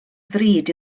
ddrud